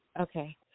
Okay